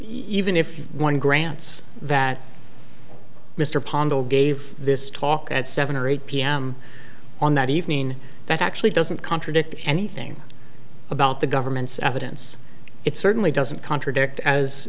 even if one grants that mr pond gave this talk at seven or eight pm on that evening that actually doesn't contradict anything about the government's evidence it certainly doesn't contradict as